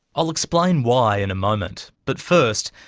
i'll explain why in a moment. but first,